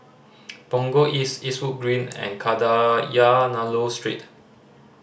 Punggol East Eastwood Green and Kadayanallur Street